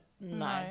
No